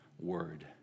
word